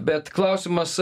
bet klausimas